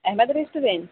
Ahmad restaurant